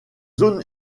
zones